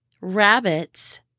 rabbits